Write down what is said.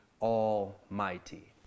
Almighty